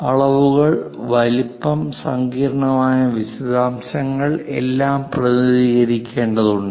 അളവുകൾ വലുപ്പം സങ്കീർണ്ണമായ വിശദാംശങ്ങൾ എല്ലാം പ്രതിനിധീകരിക്കേണ്ടതുണ്ട്